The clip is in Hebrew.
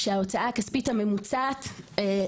אנחנו יודעים להגיד שההוצאה הכספית הממוצעת למשפחה